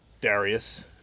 Darius